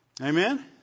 Amen